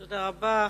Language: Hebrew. תודה רבה.